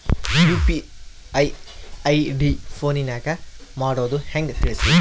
UPI ID ಫೋನಿನಾಗ ಮಾಡೋದು ಹೆಂಗ ತಿಳಿಸ್ರಿ?